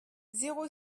zéro